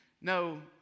No